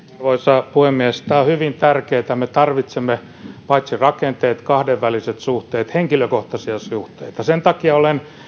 arvoisa puhemies tämä on hyvin tärkeätä me tarvitsemme paitsi rakenteet kahdenväliset suhteet myös henkilökohtaisia suhteita sen takia olen